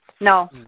No